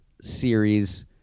series